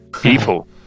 people